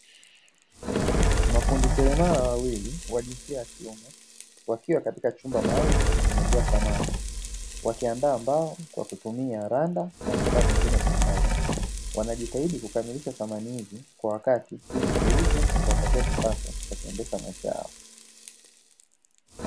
Mafundi seremala wawili wa jinsia ya kiume, wakiwa katika chumba maalumu cha kutengenezea samani, wakiandaa mbao kwa kutumia randa na vifaa vingine vya kazi. Wanajitahidi kukamilisha samani hizi kwa wakati ili ziuzwe na kuwapatia kipato cha kuendesha maisha yao.